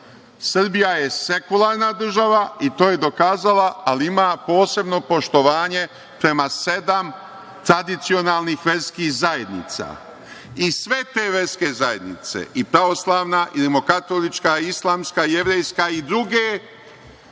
Srbija je sekularna država i to je dokazala, ali ima posebno poštovanje prema sedam tradicionalnih verskih zajednica. Sve te verske zajednice pravoslavna, rimokatolička, islamska, jevrejska i druge,